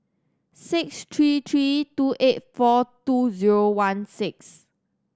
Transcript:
six three three two eight four two zero one six